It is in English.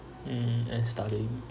mm and studying